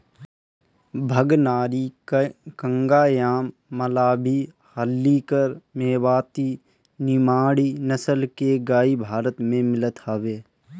भगनारी, कंगायम, मालवी, हल्लीकर, मेवाती, निमाड़ी नसल के गाई भारत में मिलत हवे